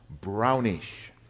brownish